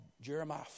Jeremiah